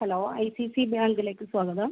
hello I C C ബാങ്കിലേക്ക് സ്വാഗതം